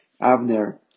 Avner